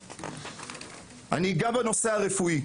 אני אגע בנושא הרפואי,